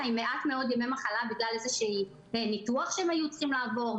עם מעט מאוד ימי מחלה בגלל ניתוח שהם היו צריכים לעבור,